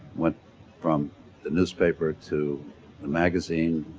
went from the newspaper to the magazine,